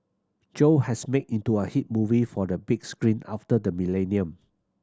Joe has made into a hit movie for the big screen after the millennium